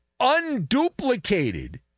unduplicated